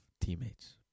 teammates